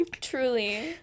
Truly